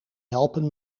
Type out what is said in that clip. helpen